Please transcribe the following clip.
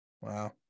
Wow